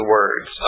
words